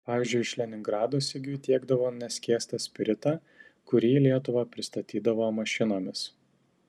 pavyzdžiui iš leningrado sigiui tiekdavo neskiestą spiritą kurį į lietuvą pristatydavo mašinomis